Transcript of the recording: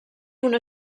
una